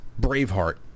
Braveheart